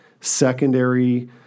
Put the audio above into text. secondary